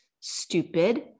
stupid